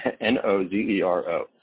N-O-Z-E-R-O